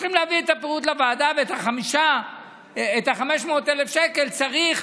צריכים להביא את הפירוט לוועדה ול-500,000 שקל צריך